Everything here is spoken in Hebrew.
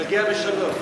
שתגיע בשלום.